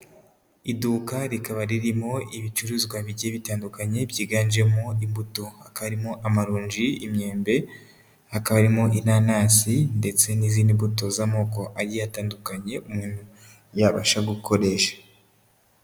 Iduka rikaba ririmo ibicuruzwa bigiye bitandukanye byiganjemo imbuto, hakaba harimo amarongi, imyembe. Hakaba harimo inanasi ndetse n'izindi mbuto z'amoko agiye atandukanye umuntu yabasha gukoresha.